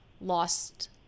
lost